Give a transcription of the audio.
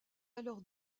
alors